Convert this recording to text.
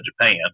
Japan